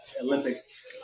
Olympics